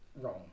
wrong